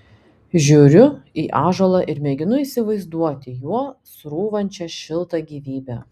žiūriu į ąžuolą ir mėginu įsivaizduoti juo srūvančią šiltą gyvybę